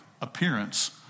appearance